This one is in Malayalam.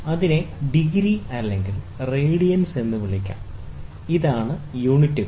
ഇതിനെ ഡിഗ്രി അല്ലെങ്കിൽ റേഡിയൻസ് degreeradians എന്ന് വിളിക്കാം ഇതാണ് യൂണിറ്റുകൾ